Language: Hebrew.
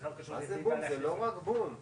בפרק הזמן הזה,